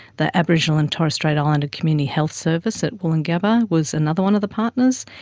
the aboriginal and torres strait islander community health service at woolloongabba was another one of the partners,